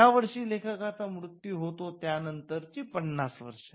ज्या वर्षी लेखकाचा मृत्यू होतो त्या नंतरची पन्नास वर्ष